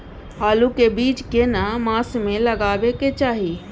आलू के बीज केना मास में लगाबै के चाही?